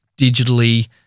digitally